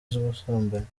z’ubusambanyi